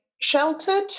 sheltered